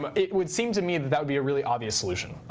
um it would seem to me that that would be a really obvious solution.